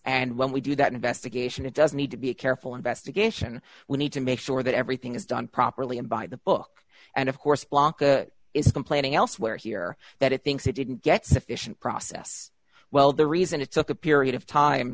and when we do that investigation it does need to be a careful investigation we need to make sure that everything is done properly and by the book and of course is complaining elsewhere here that it thinks it didn't get sufficient process well the reason it took a period of time